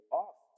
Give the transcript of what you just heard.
off